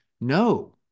no